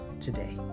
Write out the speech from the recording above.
today